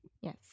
Yes